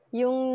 yung